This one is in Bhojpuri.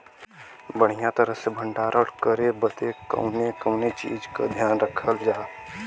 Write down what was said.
बढ़ियां तरह से भण्डारण करे बदे कवने कवने चीज़ को ध्यान रखल जा?